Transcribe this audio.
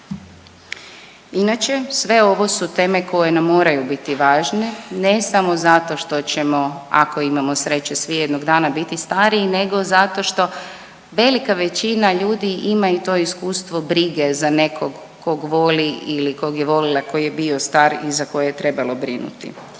Inače, sve ovo su teme koje nam moraju biti važne, ne samo zato što ćemo, ako imamo sreće, svi jednog dana biti stariji nego zato što velika većina ljudi ima i to iskustvo brige za nekog tko voli ili kog je volila tko je bio star i za koje je trebalo brinuti.